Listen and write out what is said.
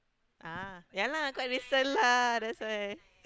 ah ya lah quite recent lah that's why